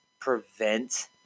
prevent